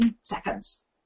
seconds